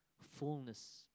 fullness